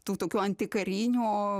tų tokių antikarinių